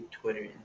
Twitter